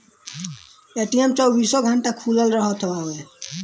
ATM चौबीसो घंटा खुलल रहत हवे